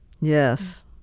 Yes